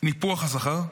ניפוח השכר.